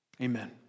Amen